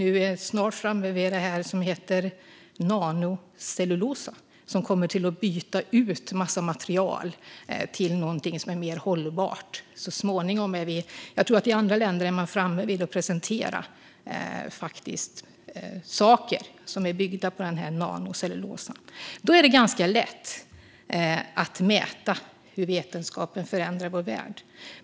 Vi är nu snart framme vid det som heter nanocellulosa, som kommer att byta ut en massa material till någonting som är mer hållbart. Jag tror att andra länder är framme vid att presentera saker som är byggda på nanocellulosa. Då är det ganska lätt att mäta hur vetenskapen förändrar vår värld.